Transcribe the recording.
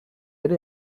ere